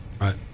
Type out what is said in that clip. Right